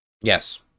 Yes